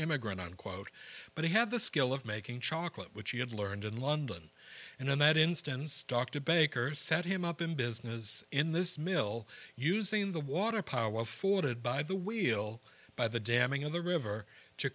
immigrant unquote but he had the skill of making chocolate which he had learned in london and in that instance dr baker set him up in business in this mill using the water power forwarded by the wheel by the damming of the river to